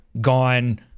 gone